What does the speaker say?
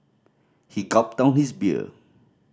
he gulped down his beer